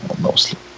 mostly